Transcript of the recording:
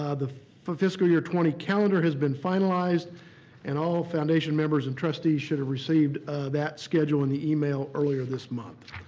ah the fiscal year twenty calendar has been finalized and all foundation members and trustees should have received that schedule in the email earlier this month.